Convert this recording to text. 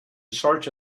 search